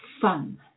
fun